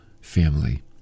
family